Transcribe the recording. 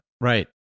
Right